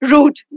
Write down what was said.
Rude